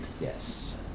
Yes